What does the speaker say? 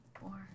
four